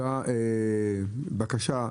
אותה בקשה,